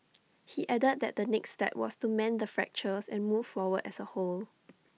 he added that the next step was to mend the fractures and move forward as A whole